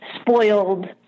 spoiled